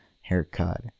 haircut